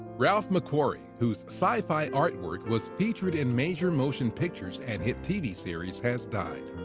ralph mcquarrie, whose sci-fi artwork was featured in major motion pictures and hit tv series, has died.